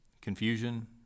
confusion